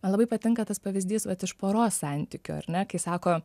man labai patinka tas pavyzdys vat iš poros santykių ar ne kai sako